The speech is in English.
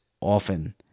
often